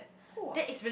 !wah!